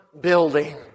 building